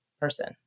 person